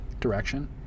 direction